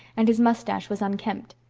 and his moustache was unkempt.